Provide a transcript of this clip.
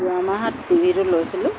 যোৱামাহত টিভিটো লৈছিলোঁ